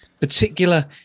particular